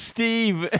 Steve